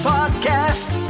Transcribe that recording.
Podcast